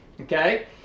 okay